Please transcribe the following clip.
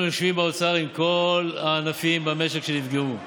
אנחנו יושבים באוצר עם כל הענפים שנפגעו במשק.